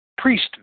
priest